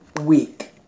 week